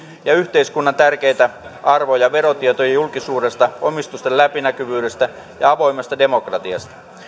ja yhteiskunnan tärkeitä arvoja koskien verotietojen julkisuutta omistusten läpinäkyvyyttä ja avointa demokratiaa